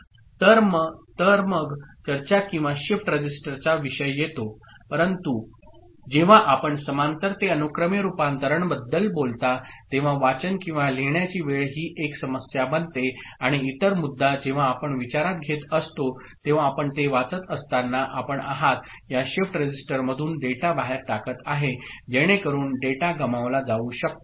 तर मग चर्चा किंवा शिफ्ट रजिस्टरचा विषय येतो परंतु जेव्हा आपण समांतर ते अनुक्रमे रूपांतरण बद्दल बोलता तेव्हा वाचन किंवा लिहिण्याची वेळ ही एक समस्या बनते आणि इतर मुद्दा जेव्हा आपण विचारात घेत असतो तेव्हा आपण ते वाचत असताना आपण आहात या शिफ्ट रजिस्टरमधून डेटा बाहेर टाकत आहे जेणेकरून डेटा गमावला जाऊ शकतो